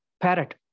parrot